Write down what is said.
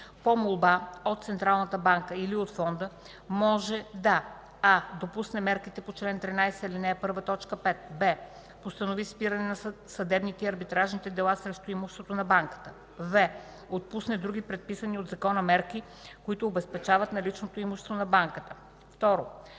по молба от Централната банка или от Фонда може да: